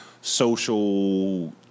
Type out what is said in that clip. social